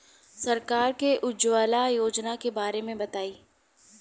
सरकार के उज्जवला योजना के बारे में बताईं?